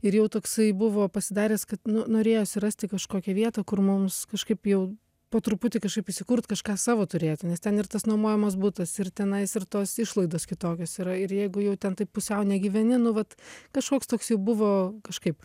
ir jau toksai buvo pasidaręs kad nu norėjosi rasti kažkokią vietą kur mums kažkaip jau po truputį kažkaip įsikurt kažką savo turėti nes ten ir tas nuomojamas butas ir tenais ir tos išlaidos kitokios yra ir jeigu jau ten taip pusiau negyveni nu vat kažkoks toks jau buvo kažkaip